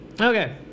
Okay